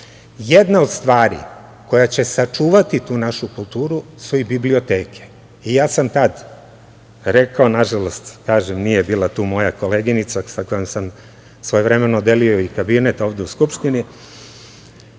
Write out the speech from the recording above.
od stvari koja će sačuvati tu našu kulturu su i biblioteke i ja sam tad rekao, nažalost kažem nije bila tu moja koleginica sa kojom sam svojevremeno delio i kabinet ovde u Skupštini,